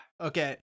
Okay